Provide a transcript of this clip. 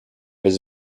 his